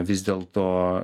vis dėlto